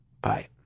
Bye